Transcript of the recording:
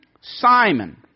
Simon